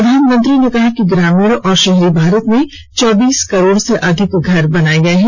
प्रधान मंत्री ने कहा कि ग्रामीण और शहरी भारत में चौबीस करोड़ से अधिक घर बनाए गए हैं